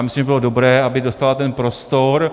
Myslím, že by bylo dobré, aby dostala ten prostor.